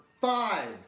five